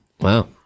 Wow